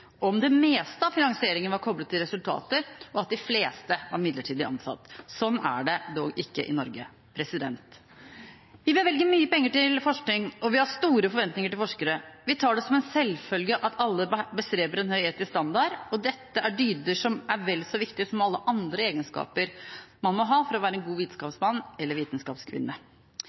om det meste av finansieringen var koblet til resultater, og de fleste var midlertidig ansatt. Sånn er det dog ikke i Norge. Vi bevilger mye penger til forskning, og vi har store forventninger til forskere. Vi tar det som en selvfølge at alle bestreber seg på en høy etisk standard, og dette er dyder som er vel så viktige som alle andre egenskaper man må ha for å være en god vitenskapsmann eller vitenskapskvinne.